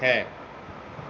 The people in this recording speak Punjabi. ਹੈ